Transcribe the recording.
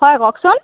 হয় কওকচোন